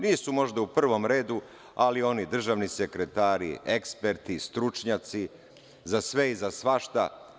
Nisu možda u prvom redu, ali oni državni sekretari, eksperti, stručnjaci, za sve i svašta.